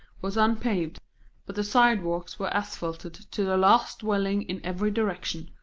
was unpaved but the sidewalks were asphalted to the last dwelling in every direction,